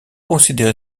considéré